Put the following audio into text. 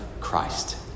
Christ